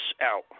out